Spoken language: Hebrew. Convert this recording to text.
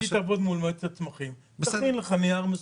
היא תעבוד מול מועצת הצמחים ותכין לך נייר מסודר.